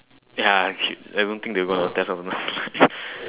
ya shit I don't think they gonna test on those lines